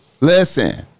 listen